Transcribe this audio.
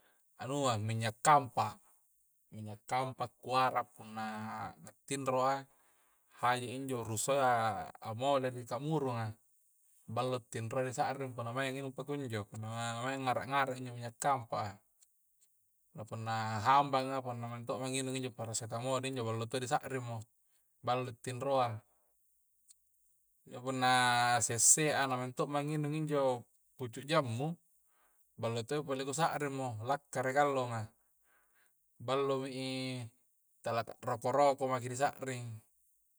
Anua minya kampa minya kampa ku arap punna nangtindroa haji' i injo russoia a mole ri kamurunga ballo tinroa ri'saring punna maengi nginung pakunjo nga ngara' nu minya kampa a na punna hambanga punna manto' nginung injo parasetamol injo ballo to di sa'ring mo ballo tindroa na punna se'seha a na maeng minto' ma nginung injo pucuk jammu ballo to pole ku sa'ring mo lakkari kallonga ballomi i talla ka roko-roko maki ri sa'ring